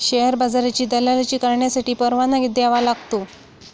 share बाजाराची दलाली करण्यासाठी परवाना घ्यावा लागतो